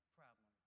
problem